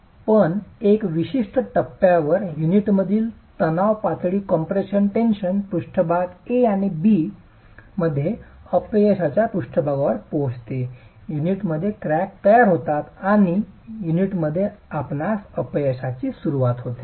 पण एका विशिष्ट टप्प्यावर युनिटमधील तणाव पातळी कम्प्रेशन टेन्शन पृष्ठभाग A B compression tension मध्ये अपयशाच्या पृष्ठभागावर पोहोचते युनिटमध्ये क्रॅक तयार होतात आणि युनिटमध्येच आपणास अपयशाची सुरूवात होते